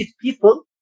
people